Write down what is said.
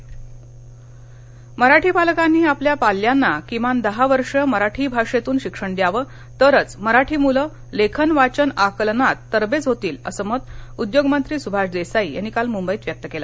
मराठी प्रेमी पालक मराठी पालकांनी आपल्या पाल्यांना किमान दहा वर्षे मराठी भाषेतून शिक्षण द्यावे तरच मराठी मुलं लेखन वाचन आकलनात तरबेज होतील असं मत उद्योगमंत्री सुभाष देसाई यांनी काल मुंबईत व्यक्त केलं